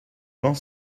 vent